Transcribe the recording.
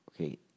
okay